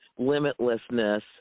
limitlessness